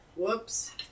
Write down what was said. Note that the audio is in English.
Whoops